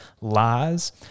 lies